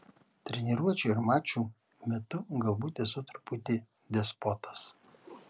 treniruočių ir mačų metu galbūt esu truputį despotas